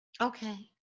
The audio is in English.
Okay